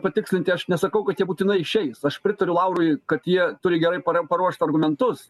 patikslinti aš nesakau kad jie būtinai išeis aš pritariu laurui kad jie turi gerai paruošt argumentus